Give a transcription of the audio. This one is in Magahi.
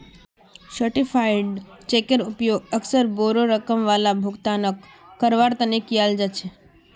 सर्टीफाइड चेकेर उपयोग अक्सर बोडो रकम वाला भुगतानक करवार तने कियाल जा छे